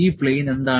ഈ പ്ലെയിൻ എന്താണ്